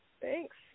Thanks